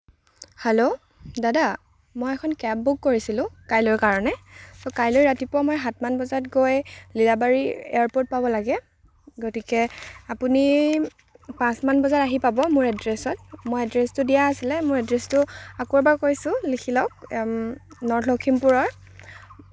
hello দাদা মই এখন কেব বুক কৰিছিলোঁ কাইলৈৰ কাৰণে কাইলৈ ৰাতিপুৱা মই সাতমান বজাত গৈ লীলাবাৰী এয়াৰপৰ্ট পাব লাগে গতিকে আপুনি পাচঁমান বজাত আহি পাব মোৰ এড্ৰেছত মই এড্ৰেছটো দিয়া আছিলে মোৰ এড্ৰেছটো আকৌ এবাৰ কৈছোঁ লিখি লওক নৰ্থ লখিমপুৰৰ